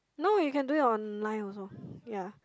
no you can do it online also yeah